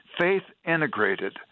faith-integrated